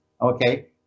Okay